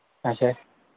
اَچھا